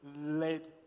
led